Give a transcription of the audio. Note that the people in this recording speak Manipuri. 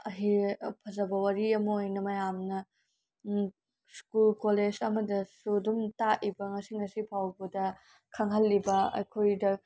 ꯐꯖꯕ ꯋꯥꯔꯤ ꯑꯃ ꯑꯣꯏꯅ ꯃꯌꯥꯝꯅ ꯁ꯭ꯀꯨꯜ ꯀꯣꯂꯦꯖ ꯑꯃꯗꯁꯨ ꯑꯗꯨꯝ ꯇꯥꯛꯏꯕ ꯉꯁꯤ ꯉꯁꯤꯐꯥꯎꯕꯗ ꯈꯪꯍꯜꯂꯤꯕ ꯑꯩꯈꯣꯏꯗ